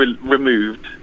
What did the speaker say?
removed